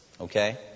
okay